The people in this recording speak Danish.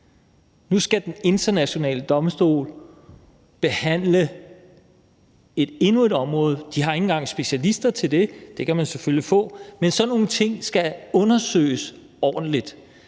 nu skal den internationale domstol behandle endnu et område. De har ikke engang specialister til det, men det kan man selvfølgelig få. Men sådan nogle ting skal undersøges ordentligt,